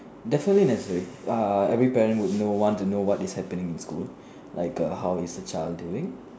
definitely there's a err every parent would know want to know what is happening in school like err what is the child doing